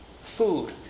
food